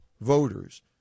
voters